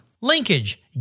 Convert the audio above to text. linkage